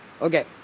okay